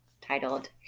titled